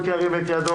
מי נמנע?